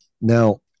Now